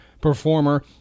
performer